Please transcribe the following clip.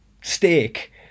steak